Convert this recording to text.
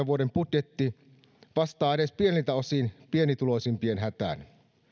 vuoden kaksituhattakaksikymmentä budjetti vastaa edes pieniltä osin pienituloisimpien hätään